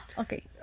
okay